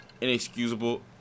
inexcusable